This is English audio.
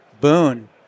Boone